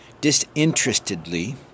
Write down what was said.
disinterestedly